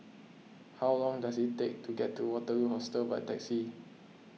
how long does it take to get to Waterloo Hostel by taxi